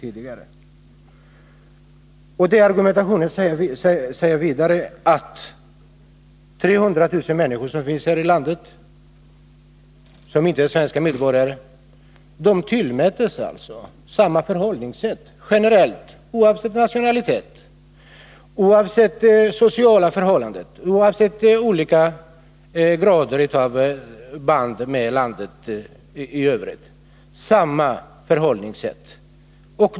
Enligt den argumentationen tillskrivs 300 000 människor här i landet som inte är svenska medborgare generellt samma förhållningssätt, oavsett nationalitet, oavsett sociala förhållanden, oavsett styrkan av deras band i övrigt med landet.